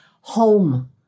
home